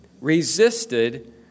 Resisted